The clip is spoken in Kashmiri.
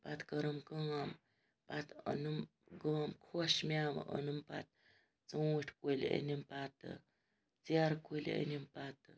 پَتہٕ کٔرٕم کٲم پَتہٕ اوٚنُم کٲم خۄش مٮ۪وٕ اوٚنُم پَتہٕ ژوٗنٛٹھۍ کُلۍ أنِم پَتہٕ ژیرٕ کُلۍ أنِم پَتہٕ